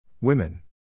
Women